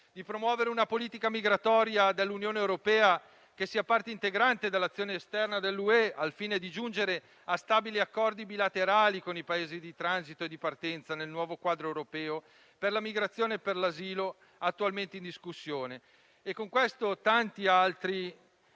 di promuovere una politica migratoria dell'Unione europea che sia parte integrante dell'azione esterna dell'UE al fine di giungere a stabili accordi bilaterali con i Paesi di transito e di partenza nel nuovo quadro europeo per la migrazione e per l'asilo attualmente in discussione. Oltre a queste, tante altre